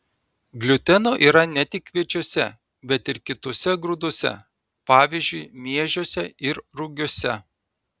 gliuteno yra ne tik kviečiuose bet ir kituose grūduose pavyzdžiui miežiuose ir rugiuose